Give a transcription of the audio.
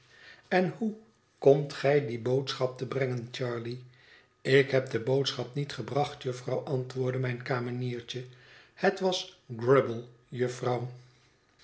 en hoe komt gij die boodschap te brengen charley ik heb de boodschap niet gebracht jufvrouw antwoordde mijn kameniertje het was